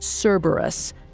Cerberus